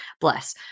bless